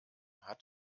hat